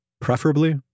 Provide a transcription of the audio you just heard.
preferably